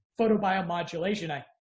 photobiomodulation